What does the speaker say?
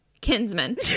kinsman